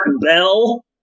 Bell